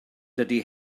dydy